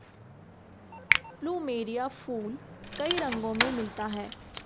plumeria फूल कई रंगो में मिलता है